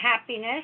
happiness